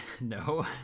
no